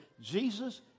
Jesus